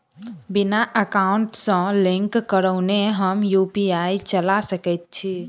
बिना एकाउंट सँ लिंक करौने हम यु.पी.आई चला सकैत छी?